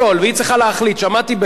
שמעתי בחדרי עדיין,